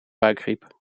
buikgriep